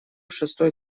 шестой